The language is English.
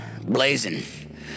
blazing